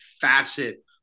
facet